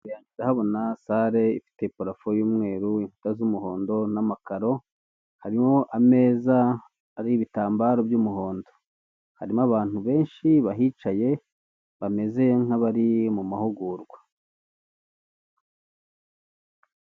Ndahabona sare ifite parafo y'umweru, inkuta z'umuhondo n'amakaro, harimo ameza ariho ibitambaro by'umuhondo, harimo abantu benshi bahicaye bameze nk'abari mu mahugurwa.